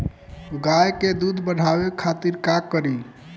गाय के दूध बढ़ावे खातिर का करी?